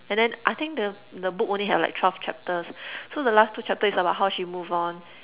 and then I think the the book only had like twelve chapters so the last two chapters is about how she moved on